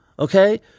Okay